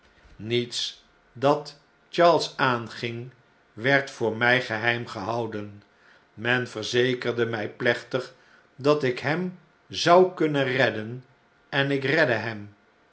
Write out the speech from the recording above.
niets dat charles aanging werd voor my geheim gehouden men verzekerde mn plechtig dat ik hem zou kunnen redden en ik redde hem